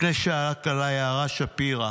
לפני שעה קלה יערה שפירא